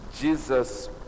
Jesus